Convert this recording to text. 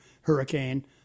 hurricane